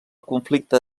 conflicte